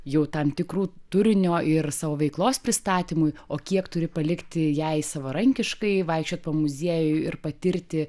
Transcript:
jau tam tikrų turinio ir savo veiklos pristatymui o kiek turi palikti jai savarankiškai vaikščiot po muziejų ir patirti